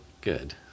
good